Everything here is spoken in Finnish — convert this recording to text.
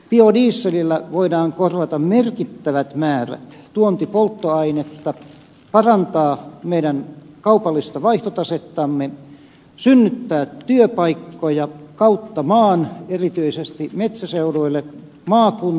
biodieselillä voidaan korvata merkittävät määrät tuontipolttoainetta parantaa meidän kaupallista vaihtotasettamme synnyttää työpaikkoja kautta maan erityisesti metsäseuduille maakuntiin